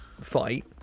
fight